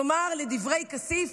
כלומר לדברי כסיף,